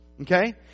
okay